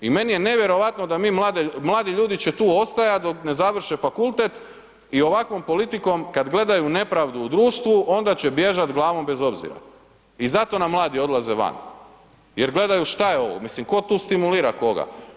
I meni je nevjerojatno da mladi ljudi će tu ostajat dok ne završe fakultet i ovakvom politikom kad gledaju nepravdu u društvu, onda će bježat glavom bez obzira i zato nam mladi odlaze van jer gledaju šta je ovo, mislim ko tu stimulira koga.